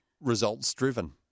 results-driven